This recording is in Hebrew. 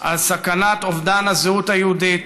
על סכנת אובדן הזהות היהודית,